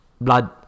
blood